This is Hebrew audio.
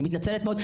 אני מתנצלת מאוד,